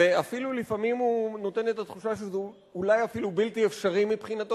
ואפילו לפעמים הוא נותן את התחושה שזה אולי אפילו בלתי אפשרי מבחינתו,